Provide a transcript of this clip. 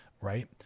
right